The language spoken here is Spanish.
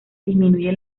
disminuyen